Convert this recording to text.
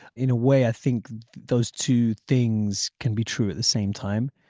in a way i think those two things can be true at the same time.